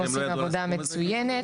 עושים עבודה מצוינת.